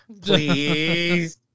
Please